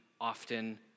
often